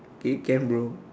okay can bro